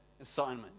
assignment